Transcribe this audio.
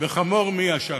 וחמור מי עשקנו.